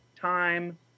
time